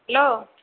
hello